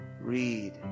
read